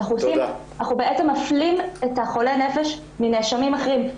אנחנו בעצם מפלים את חולה הנפש מנאשמים אחרים.